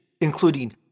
including